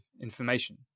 information